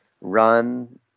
run